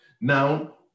Now